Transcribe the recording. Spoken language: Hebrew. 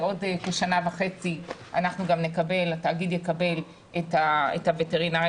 בעוד כשנה וחצי התאגיד יקבל את הווטרינרים